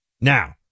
Now